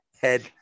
Head